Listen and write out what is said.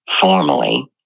formally